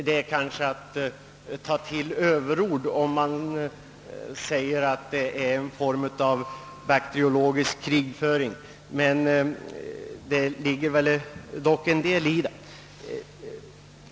Att säga att detta är en form av bakteriologisk krigföring är kanske att ta till överord, men det ligger väl en del däri.